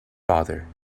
father